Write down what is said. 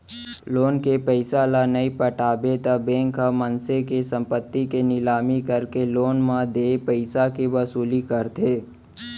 loan के पइसा ल नइ पटाबे त बेंक ह मनसे के संपत्ति के निलामी करके लोन म देय पइसाके वसूली करथे